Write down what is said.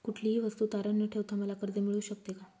कुठलीही वस्तू तारण न ठेवता मला कर्ज मिळू शकते का?